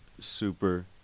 super